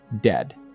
dead